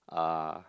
ah